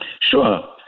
sure